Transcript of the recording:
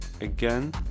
again